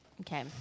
Okay